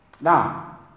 now